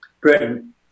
Britain